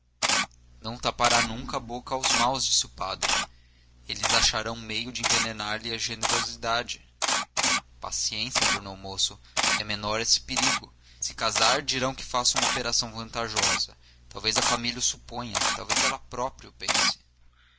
tudo não tapará nunca a boca aos maus disse o padre eles acharão meio de envenenarlhe a generosidade paciência tornou o moço é menor esse perigo se casar dirão que faço uma operação vantajosa talvez a família o suponha talvez ela própria o pense